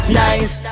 nice